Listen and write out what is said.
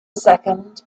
second